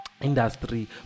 industry